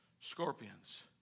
Scorpions